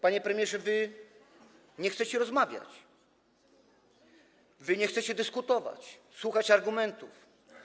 Panie premierze, wy nie chcecie rozmawiać, wy nie chcecie dyskutować, słuchać argumentów.